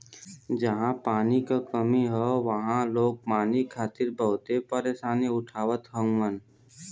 जहां पानी क कमी हौ वहां लोग पानी खातिर बहुते परेशानी उठावत हउवन